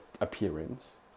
appearance